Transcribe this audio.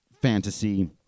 fantasy